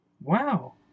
Wow